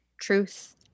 truth